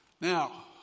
Now